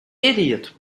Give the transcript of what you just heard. idiot